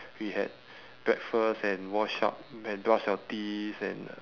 we had breakfast and wash up and brush our teeth and uh